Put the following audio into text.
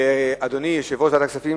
אדוני יושב-ראש ועדת הכספים,